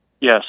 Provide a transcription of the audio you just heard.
yes